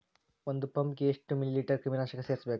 ಒಂದ್ ಪಂಪ್ ಗೆ ಎಷ್ಟ್ ಮಿಲಿ ಲೇಟರ್ ಕ್ರಿಮಿ ನಾಶಕ ಸೇರಸ್ಬೇಕ್?